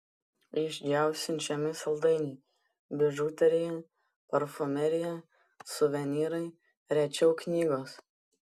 iš jav siunčiami saldainiai bižuterija parfumerija suvenyrai rečiau knygos